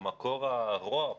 מקור הרוע פה,